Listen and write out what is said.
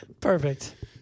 perfect